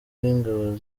w’ingabo